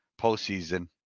postseason